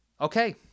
Okay